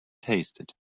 tasted